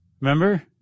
Remember